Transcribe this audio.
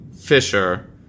Fisher